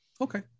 Okay